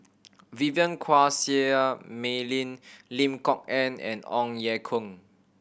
Vivien Quahe Seah Mei Lin Lim Kok Ann and Ong Ye Kung